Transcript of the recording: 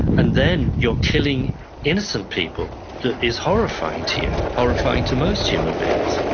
and then you're killing innocent people. that is horrifying to you, horrifying to most human beings